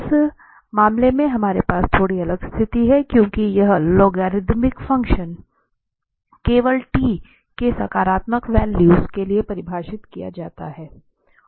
इस मामले में हमारे पास थोड़ी अलग स्थिति है क्योंकि यह लॉगरिदमिक फंक्शन केवल t के सकारात्मक वैल्यू के लिए परिभाषित किया जाता है